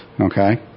Okay